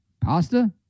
Pasta